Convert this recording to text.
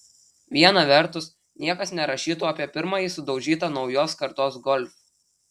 viena vertus niekas nerašytų apie pirmąjį sudaužytą naujos kartos golf